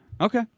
Okay